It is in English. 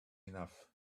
enough